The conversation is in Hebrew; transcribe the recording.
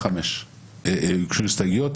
שעה 17:00 יוגשו הסתייגויות.